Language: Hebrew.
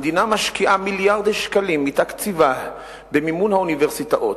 המדינה משקיעה מיליארדי שקלים מתקציבה במימון האוניברסיטאות,